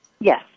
Yes